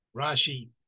Rashi